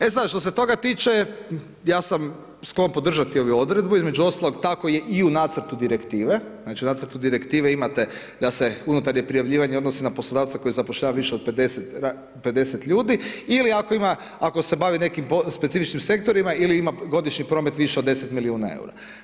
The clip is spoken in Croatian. E sada što se toga tiče, ja sam sklon podržati ovu odredbu, između ostalog tako je i u nacrtu direktive, znači u nacrtu direktive imate da se unutarnje prijavljivanje odnosi na poslodavca koji zapošljava više od 50 ljudi ili ako ima, ako se bavi nekim specifičnim sektorima ili ima godišnji promet više od 10 milijuna eura.